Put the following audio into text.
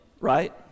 right